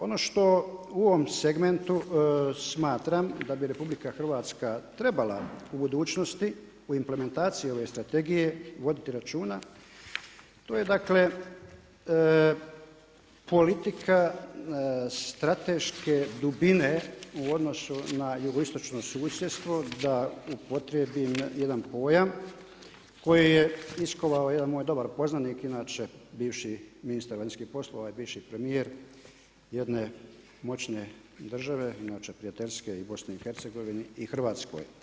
Ono što u ovom segmentu smatram da bi RH trebala u budućnosti, u implementaciji ove strategije voditi računa, to je dakle, politika strateške dubine u odnosu na jugoistočno susjedstvo, da upotrijebim jedan pojam koji je iskovao jedan moj dobar poznanik inače, bivši ministar vanjskih poslova i bivši premijer jedne moćne države, inače prijateljske i Bih i Hrvatskoj.